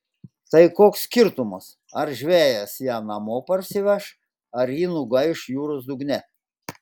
tai koks skirtumas ar žvejas ją namo parsiveš ar ji nugaiš jūros dugne